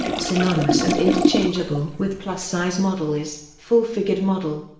synonymous and interchangeable with plus-size model is full-figured model,